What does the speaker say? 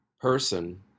person